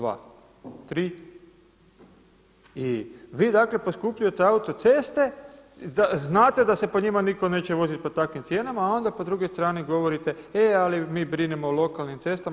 2, 3. I vi dakle poskupljujete autoceste, znate da se po njima nitko neće voziti po takvim cijenama a onda po drugoj strani govorite e, ali mi brinemo o lokalnim cestama.